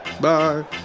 Bye